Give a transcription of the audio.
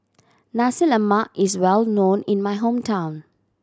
Nasi Lemak is well known in my hometown